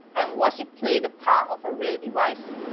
and watch it play the part of a real device.